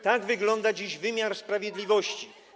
Tak wygląda dziś wymiar sprawiedliwości.